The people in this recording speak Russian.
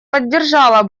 поддержала